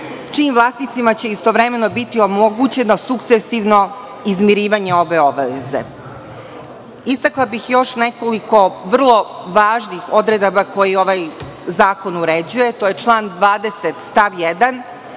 čijim vlasnicima će istovremeno biti omogućeno sukcesivno izmirivanje ove obaveze. Istakla bih još nekoliko vrlo važnih odredaba koje ovaj zakon uređuje. To je član 20.